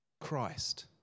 Christ